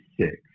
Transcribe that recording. six